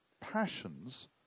passions